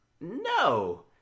No